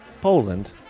Poland